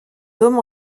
dôme